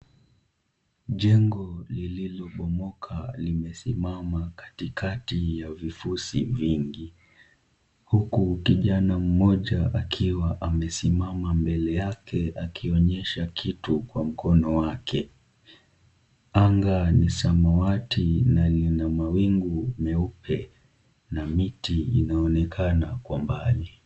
Jengo lililobomoka limesimama katikati ya vifusi vingi huku kijana mmoja akiwa amesimama mbele yake akionyesha kitu kwa mkono wake. Anga ni samawati na lina mawingu meupe na miti inaonekana kwa mbali.